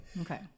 Okay